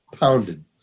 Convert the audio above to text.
Pounded